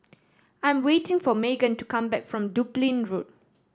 I am waiting for Meghan to come back from Dublin Road